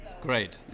great